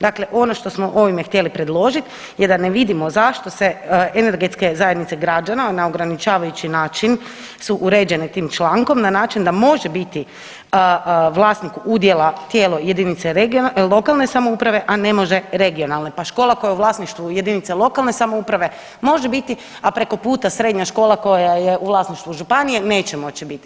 Dakle ono što smo ovime htjeli predložiti je da ne vidimo zašto se energetske zajednice građana na ograničavajući način su uređene tim člankom na način da može biti vlasnik udjela tijelo jedinice regionalne, lokalne samouprave, a ne može regionalne, pa škola koja je u vlasništvu jedinice lokalne samouprave može biti, a preko puta srednja škola koja je u vlasništvu županije neće moći biti.